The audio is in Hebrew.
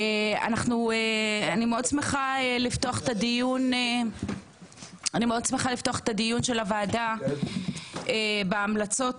אני שמחה מאוד לפתוח את הדיון של הוועדה בהמלצות